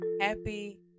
happy